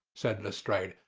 said lestrade.